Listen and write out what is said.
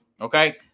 Okay